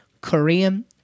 Korean